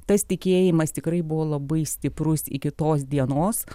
tas tikėjimas tikrai buvo labai stiprus iki tos dienos